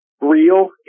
real